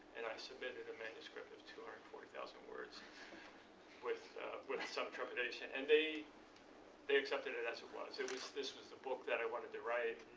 and i submitted a manuscript of two hundred and forty thousand words with with some trepidation. and they they accepted it as it was. it was this was a book that i wanted to write.